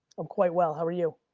i'm quite well, how are you?